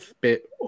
bit